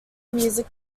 music